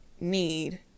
need